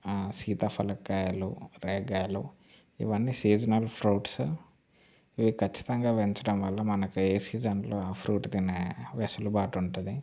సీతాఫలం కాయలు రేగు కాయలు ఇవన్నీ సీజనల్ ఫ్రూట్స్ ఇవి ఖచ్చితంగా పెంచడం వల్ల మనకే సీజన్లో ఆ ఫ్రూట్ తినే వెసులబాటు ఉంటుంది